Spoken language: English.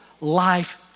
life